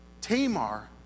Tamar